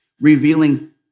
revealing